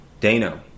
Dano